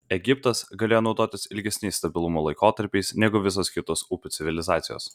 egiptas galėjo naudotis ilgesniais stabilumo laikotarpiais negu visos kitos upių civilizacijos